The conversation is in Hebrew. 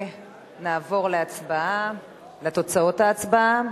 ונעבור לתוצאות ההצבעה: